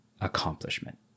accomplishment